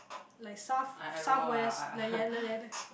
like south southwest like ya the like the